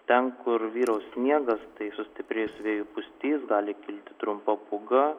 ten kur vyraus sniegas tai sustiprės vėjo pustys gali kilti trumpa pūga